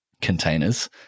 containers